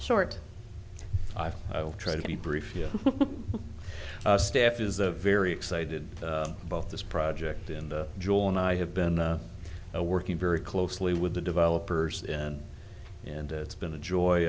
sort i've tried to be brief you staff is a very excited about this project in the joy and i have been working very closely with the developers and and it's been a joy